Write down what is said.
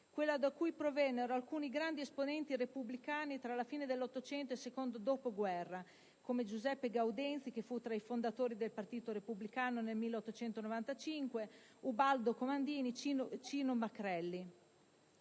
quella da cui provennero alcuni grandi esponenti repubblicani fra la fine dell'800 e il secondo dopoguerra, come Giuseppe Gaudenzi, che fu fra i fondatori del PRI nel 1895, Ubaldo Comandini e Cino Macrelli.